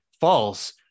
false